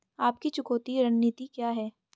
आपकी चुकौती रणनीति क्या है?